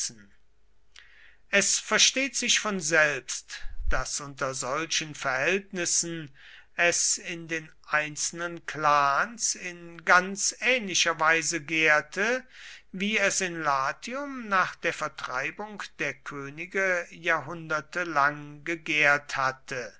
es versteht sich von selbst daß unter solchen verhältnissen es in den einzelnen clans in ganz ähnlicher weise gärte wie es in latium nach der vertreibung der könige jahrhunderte lang gegärt hatte